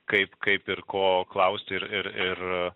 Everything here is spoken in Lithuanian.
kaip kaip ir ko klausti ir ir ir